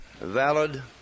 valid